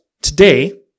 today